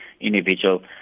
individual